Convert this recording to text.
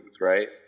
right